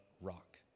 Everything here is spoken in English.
rock